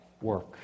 work